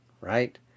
Right